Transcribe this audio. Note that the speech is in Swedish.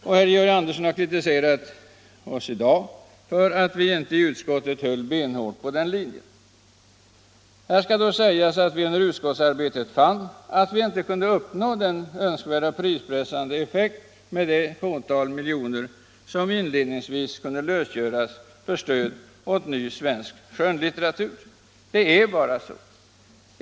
Och herr Georg Andersson i Lycksele har kritiserat oss i dag för att vi inte i utskottet höll benhårt på den linjen. Det skall då sägas att vi under utskottsarbetet fann att vi inte kunde uppnå den önskvärda prispressande effekten med det fåtal miljoner som inledningsvis kunde lösgöras för stöd till ny svensk skönlitteratur. Det är bara så.